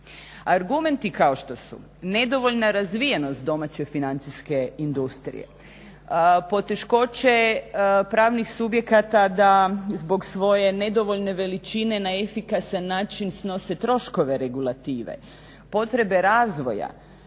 Argumenti kao što su nedovoljna razvijenost domaće financijske industrije, poteškoće pravnih subjekata da zbog svoje nedovoljne veličine na efikasan način snose troškove regulative, potrebe razvoja,